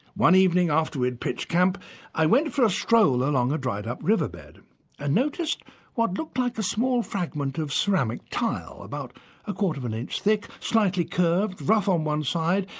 one evening after we'd pitched camp i went for a stroll along a dried-up river bed and and noticed what looked like a small fragment of ceramic tile, about a quarter of an inch thick, slightly curved, rough on one side,